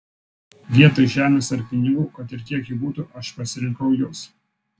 vietoj žemės ar pinigų kad ir kiek jų būtų aš pasirinkau jus